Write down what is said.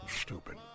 Stupid